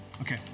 Okay